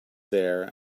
there